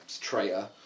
traitor